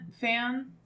fan